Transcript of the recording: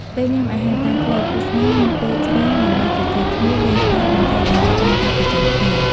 ពេលញ៉ាំអាហារតាមផ្លូវ គូស្នេហ៍មានពេលច្រើនដើម្បីជជែកគ្នា លេងសើច និងចែករំលែករឿងរ៉ាវប្រចាំថ្ងៃ។